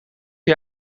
die